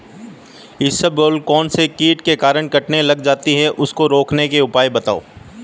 इसबगोल कौनसे कीट के कारण कटने लग जाती है उसको रोकने के उपाय बताओ?